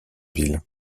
ville